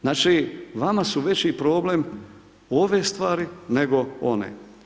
Znači vama su veći problem ove stvari nego one.